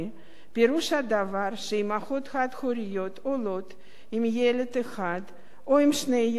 פירוש הדבר שאמהות חד-הוריות עולות עם ילד אחד או עם שני ילדים,